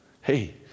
Hey